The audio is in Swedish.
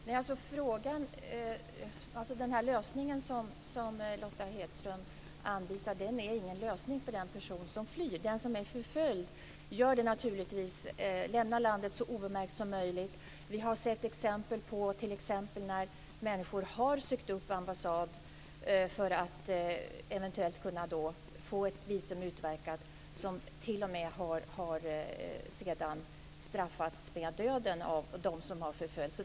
Fru talman! Lösningen som Lotta Nilsson Hedström anvisar är ingen lösning för den person som flyr. Den som är förföljd lämnar naturligtvis landet så obemärkt som möjligt. Vi har sett exempel på att människor som har sökt upp ambassad för att eventuellt få ett visum utverkat sedan har straffats t.o.m. med döden av dem som har förföljt.